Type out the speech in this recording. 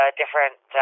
different